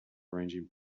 arranging